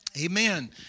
Amen